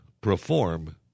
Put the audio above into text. perform